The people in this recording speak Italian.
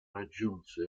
raggiunse